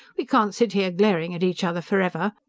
we can't sit here glaring at each other forever!